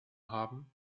haben